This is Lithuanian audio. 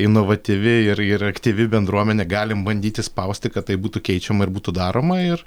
inovatyvi ir ir aktyvi bendruomenė galim bandyti spausti kad tai būtų keičiama ir būtų daroma ir